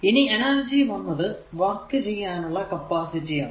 ഇനി എനർജി വന്നത് വർക്ക് ചെയ്യാനുള്ള കപ്പാസിറ്റി ആണ്